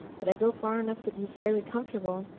but i go far enough to be fairly comfortable.